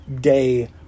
day